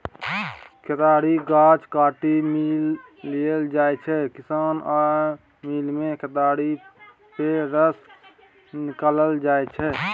केतारीक गाछ काटि मिल लए जाइ छै किसान आ मिलमे केतारी पेर रस निकालल जाइ छै